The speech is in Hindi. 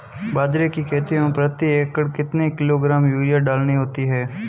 बाजरे की खेती में प्रति एकड़ कितने किलोग्राम यूरिया डालनी होती है?